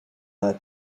her